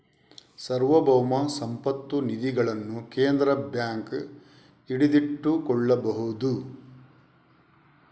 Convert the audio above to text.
ಸಾರ್ವಭೌಮ ಸಂಪತ್ತು ನಿಧಿಗಳನ್ನು ಕೇಂದ್ರ ಬ್ಯಾಂಕ್ ಹಿಡಿದಿಟ್ಟುಕೊಳ್ಳಬಹುದು